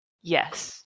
Yes